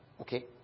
Okay